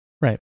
right